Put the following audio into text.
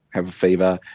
have a fever,